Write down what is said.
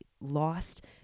lost